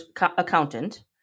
accountant